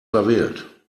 verwählt